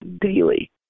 daily